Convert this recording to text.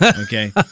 Okay